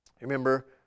Remember